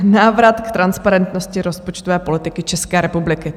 Návrat k transparentnosti rozpočtové politiky České republiky.